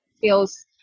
feels